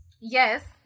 Yes